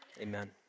Amen